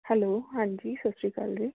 hello ਹਾਂਜੀ ਸਤਿ ਸ਼੍ਰੀ ਅਕਾਲ ਜੀ